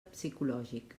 psicològic